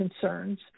concerns